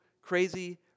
Crazy